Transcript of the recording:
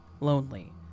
lonely